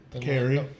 Carrie